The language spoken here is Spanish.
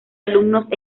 alumnos